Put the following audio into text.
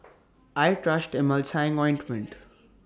I Trust Emulsying Ointment